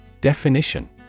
Definition